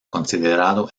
considerado